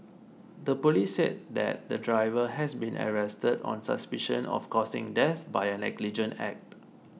the police said that the driver has been arrested on suspicion of causing death by a negligent act